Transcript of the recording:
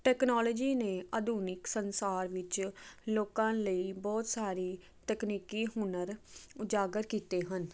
technology ਨੇ ਆਧੁਨਿਕ ਸੰਸਾਰ ਵਿੱਚ ਲੋਕਾਂ ਲਈ ਬਹੁਤ ਸਾਰੇ ਤਕਨੀਕੀ ਹੁਨਰ ਉਜਾਗਰ ਕੀਤੇ ਹਨ